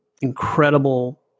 incredible